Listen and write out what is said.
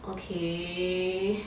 okay